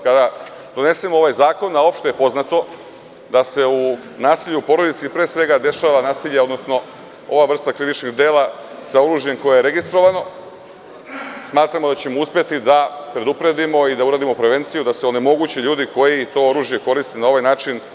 Kada donesemo ovaj zakon, a opšte je poznato da se nasilje u porodici pre svega dešava, ova vrsta krivičnih dela, sa oružjem koje je registrovano, smatramo da ćemo uspeti da predupredimo i da uradimo prevenciju da se onemoguće ljudi koji to oružje koriste na ovaj način,